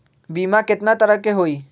बीमा केतना तरह के होइ?